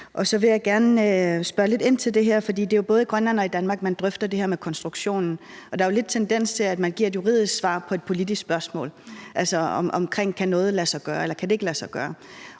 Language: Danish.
jeg gerne spørge lidt ind til det her, for det er jo både i Grønland og i Danmark, at man drøfter det her med konstruktionen. Der er jo lidt en tendens til, at man giver et juridisk svar på et politisk spørgsmål, altså i forhold til om noget kan lade sig gøre eller ikke kan lade sig gøre.